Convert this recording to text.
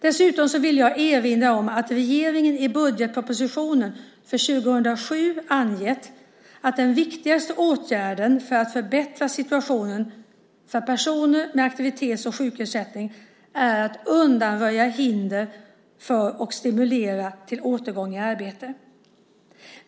Dessutom vill jag erinra om att regeringen i budgetpropositionen för 2007 angett att den viktigaste åtgärden för att förbättra situationen för personer med aktivitets och sjukersättning är att undanröja hinder för och stimulera till återgång i arbete.